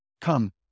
come